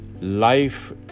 life